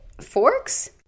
Forks